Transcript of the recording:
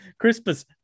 Crispus